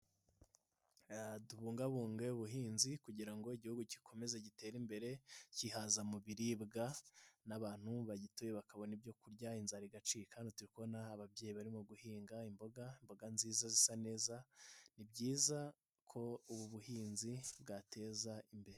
Tubungabunge ubuhinzi, kugira ngo igihugu gikomeze gitere imbere, kihaza mu biribwa n'abantu bagituye bakabona ibyo kurya, inzara igacika hano turikubona ababyeyi barimo guhinga imboga, imboga nziza zisa neza, ni byiza ko ubu buhinzi bwateza imbere.